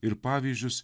ir pavyzdžius